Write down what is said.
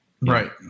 right